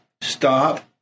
Stop